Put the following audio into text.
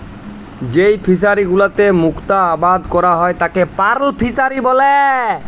যেই ফিশারি গুলোতে মুক্ত আবাদ ক্যরা হ্যয় তাকে পার্ল ফিসারী ব্যলে